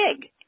big